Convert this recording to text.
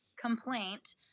complaint